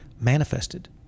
manifested